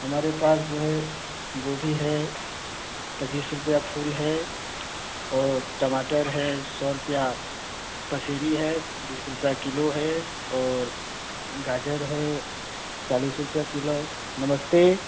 हमारे पास जो है गोभी है पच्चीस रूपये फूल है और टमाटर है सौ रुपये पसेरी है बीस रुपये किलो है और गाजर है चालीस रुपये किलो नमस्ते